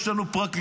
יש לנו פרקליטות,